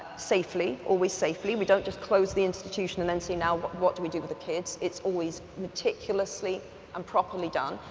safely, always safely we don't just close the institution and then say now, what do we do with the kids, it's always meticulously and properly done.